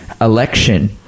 election